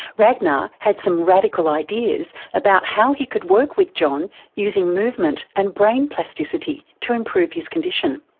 ragnar had some radical ideas about how he could work with john using movement and brain plasticity to improve his condition.